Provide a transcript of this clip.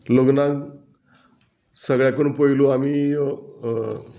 लग्नाक सगळ्याकून पयलू आमी